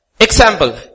Example